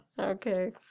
Okay